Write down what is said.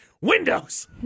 windows